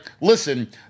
listen